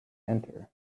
enter